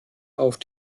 auf